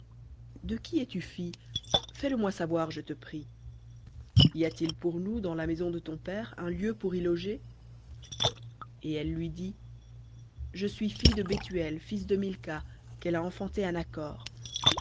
de qui es-tu fille fais le moi savoir je te prie y a-t-il pour nous dans la maison de ton père un lieu pour y loger et elle lui dit je suis fille de bethuel fils de milca qu'elle a enfanté à